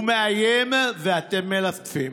הוא מאיים ואתם מלטפים.